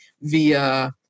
via